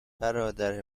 برادر